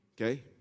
Okay